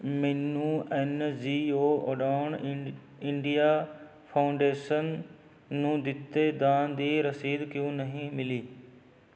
ਮੈਨੂੰ N G O Udaan ਇੰਡ India Foundation ਨੂੰ ਦਿੱਤੇ ਦਾਨ ਦੀ ਰਸੀਦ ਕਿਉਂ ਨਹੀਂ ਮਿਲੀ